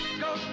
Go